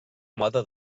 mode